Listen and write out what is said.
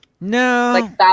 No